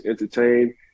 entertain